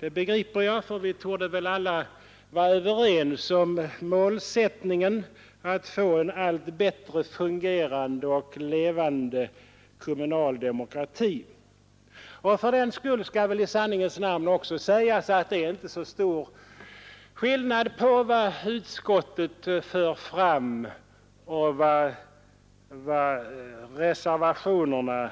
kontroversiell, eftersom vi väl alla torde vara överens om målsättningen att få en allt bättre fungerande och alltmer levande kommunal demokrati. Det skall väl också i sanningens namn sägas att det inte är så stor skillnad mellan vad som anförs i utskottet och innehållet i reservationerna.